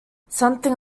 something